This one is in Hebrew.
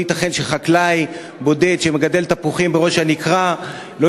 לא ייתכן שחקלאי בודד שמגדל תפוחים בראש-הנקרה לא